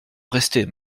rester